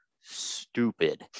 stupid